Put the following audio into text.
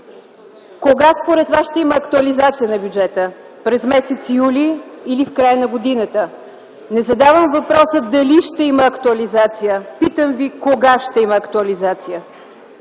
Кога според Вас ще има актуализация на бюджета – през м. юли или в края на годината? Не задавам въпроса дали ще има актуализация, питам Ви кога ще има актуализация